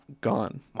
gone